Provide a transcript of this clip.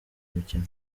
mikino